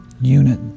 unit